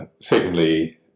secondly